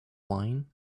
wine